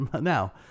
now